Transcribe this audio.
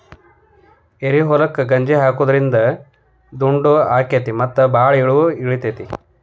ಏರಿಹೊಲಕ್ಕ ಗಜ್ರಿ ಹಾಕುದ್ರಿಂದ ದುಂಡು ಅಕೈತಿ ಮತ್ತ ಬಾಳ ಇಳದು ಇಳಿತೈತಿ